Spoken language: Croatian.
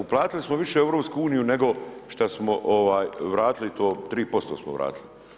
Uplatili smo više u EU nego šta smo vratili to 3% smo vratili.